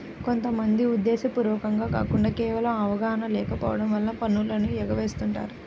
కొంత మంది ఉద్దేశ్యపూర్వకంగా కాకుండా కేవలం అవగాహన లేకపోవడం వలన పన్నులను ఎగవేస్తుంటారు